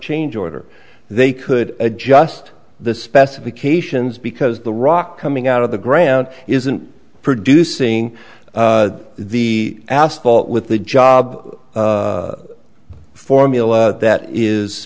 change or they could adjust the specifications because the rock coming out of the ground isn't producing the asphalt with the job formula that is